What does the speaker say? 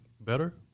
better